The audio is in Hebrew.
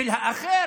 של האחר,